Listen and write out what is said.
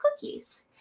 cookies